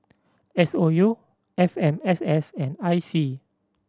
S O U F M S S and I C